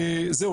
זהו.